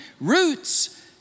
Roots